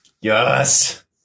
Yes